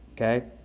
Okay